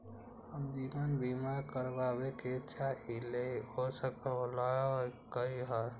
हम जीवन बीमा कारवाबे के चाहईले, हो सकलक ह?